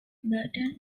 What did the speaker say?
burton